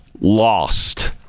Lost